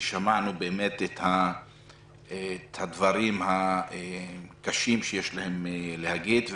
ושמענו באמת את הדברים הקשים שיש להם להגיד,